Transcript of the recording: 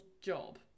job